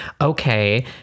okay